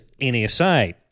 NSA